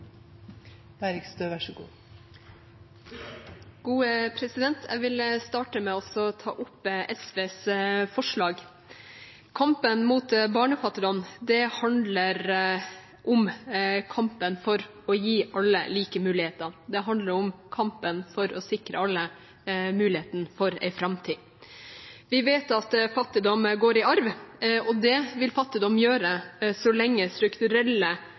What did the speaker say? Jeg vil starte med å ta opp SVs forslag. Kampen mot barnefattigdom handler om kampen for å gi alle like muligheter. Det handler om kampen for å sikre alle muligheten for en framtid. Vi vet at fattigdom går i arv, og det vil fattigdom gjøre så lenge strukturelle